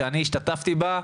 שאני השתתפתי בה,